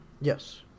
yes